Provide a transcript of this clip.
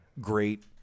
great